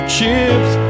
Chips